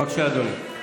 בבקשה, אדוני.